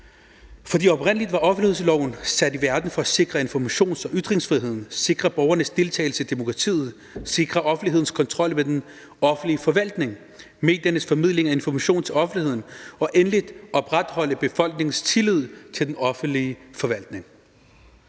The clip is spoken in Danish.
for oprindelig var offentlighedsloven sat i verden for at sikre informations- og ytringsfriheden, sikre borgernes deltagelse i demokratiet, sikre offentlighedens kontrol med den offentlige forvaltning, mediernes formidling af information til offentligheden og endelig for at opretholde befolkningens tillid til den offentlige forvaltning.